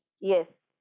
Yes